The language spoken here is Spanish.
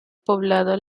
poblado